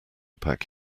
pack